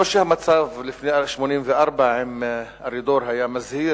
לא שהמצב לפני 1984 עם ארידור היה מזהיר,